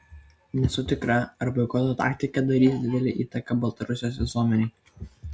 nesu tikra ar boikoto taktika darys didelę įtaką baltarusijos visuomenei